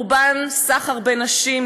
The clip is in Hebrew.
קורבן סחר בנשים,